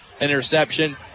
interception